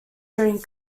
during